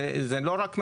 זה לא רק מתכננים.